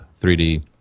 3D